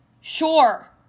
sure